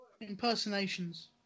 Impersonations